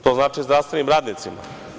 To znači i zdravstvenim radnicima.